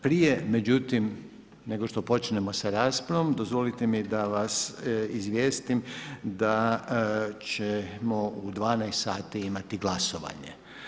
Prije međutim nego što počnemo sa raspravom dozvolite mi da vas izvijestim da ćemo u 12 sati i mati glasovanje.